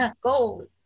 gold